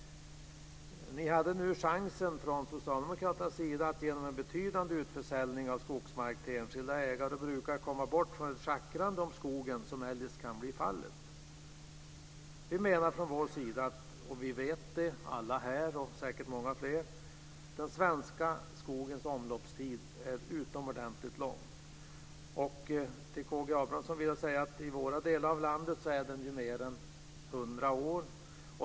Ni hade nu chansen från Socialdemokraternas sida att genom en betydande utförsäljning av skogsmark till enskilda ägare och brukare komma bort från det schackrande om skogen som eljest kan bli fallet. Vi menar från vår sida, det vet alla här och säkert många fler, att den svenska skogens omloppstid är utomordentligt lång. Till K G Abramsson vill jag säga att i våra delar av landet är den mer än 100 år.